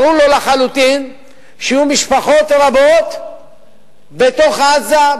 ברור לו לחלוטין שיהיו משפחות רבות בתוך עזה,